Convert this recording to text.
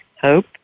hope